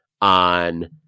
on